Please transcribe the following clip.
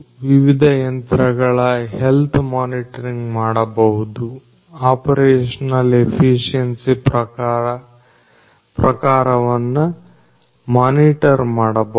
ವಿವಿಧ ಯಂತ್ರಗಳ health monitoring ಮಾಡಬಹುದು ಆಪರೇಷನಲ್ ಎಫಿಷಿಯನ್ಸಿ ಪ್ರಕಾರವನ್ನು ಮಾನಿಟರ್ ಮಾಡಬಹುದು